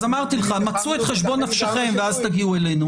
אז אמרתי לך, מצו את חשבון נפשכם ואז תגיעו אלינו.